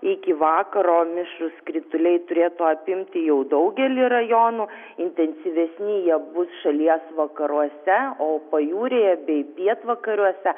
iki vakaro mišrūs krituliai turėtų apimti jau daugelį rajonų intensyvesni jie bus šalies vakaruose o pajūryje bei pietvakariuose